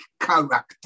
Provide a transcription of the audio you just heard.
character